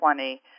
20